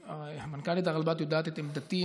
מנכ"לית הרלב"ד יודעת את עמדתי.